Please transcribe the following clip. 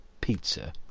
pizza